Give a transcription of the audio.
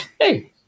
Hey